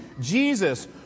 Jesus